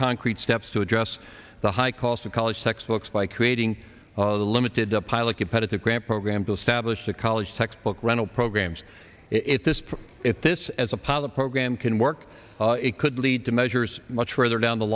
concrete steps to address the high cost of college textbooks by creating a limited a pilot competitive grant program to establish a college textbook rental programs if this if this as a pilot program can work it could lead to measures much further down the